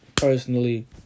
Personally